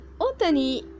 Otani